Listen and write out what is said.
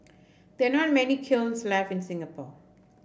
there are not many kilns left in Singapore